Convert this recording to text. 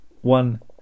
one